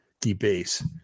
debase